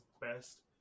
best